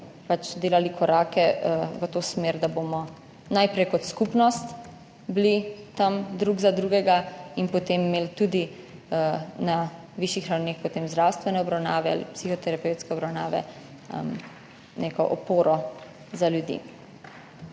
delali korake v to smer, da bomo najprej kot skupnost tam drug za drugega in potem imeli tudi na višjih ravneh zdravstvene obravnave ali psihoterapevtske obravnave, neko oporo za ljudi.